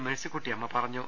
മേഴ്സിക്കുട്ടിയമ്മ പറഞ്ഞു